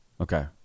Okay